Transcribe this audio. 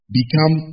become